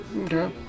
Okay